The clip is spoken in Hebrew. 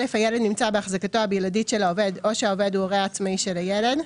הילד נמצא בהחזקתו הבלעדית של העובד או שהעובד הוא הורה עצמאי של הילד,